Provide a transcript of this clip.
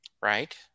Right